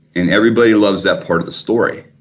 and everybody loves that part of the story.